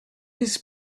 his